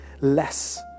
less